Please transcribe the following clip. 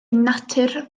natur